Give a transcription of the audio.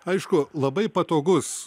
aišku labai patogus